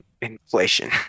Inflation